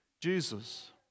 jesus